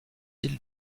iles